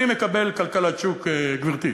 אני מקבל כלכלת שוק, גברתי.